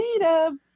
native